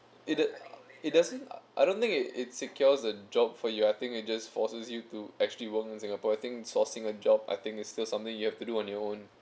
it d~ it doesn't I don't think it it secures the job for you I think it just forces you to actually work in singapore I think sourcing a job I think is still something you have to do on your own